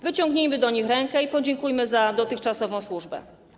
Wyciągnijmy do nich rękę i podziękujmy za dotychczasową służbę.